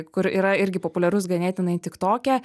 kur yra irgi populiarus ganėtinai tiktoke